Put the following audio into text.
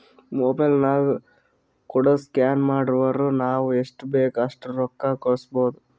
mobile ನಾಗ್ ಕೋಡ್ಗ scan ಮಾಡುರ್ ನಾವ್ ಎಸ್ಟ್ ಬೇಕ್ ಅಸ್ಟ್ ರೊಕ್ಕಾ ಕಳುಸ್ಬೋದ್